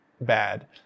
bad